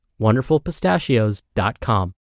wonderfulpistachios.com